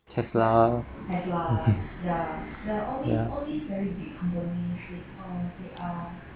have lah ya